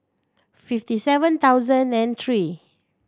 fifty seven thousand and three